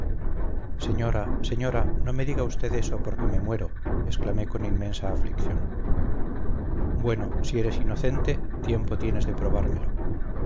señora señora no me diga usted eso porque me muero exclamé con inmensa aflicción bueno si eres inocente tiempo tienes de probármelo